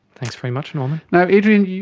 thanks very much norman. now adrian,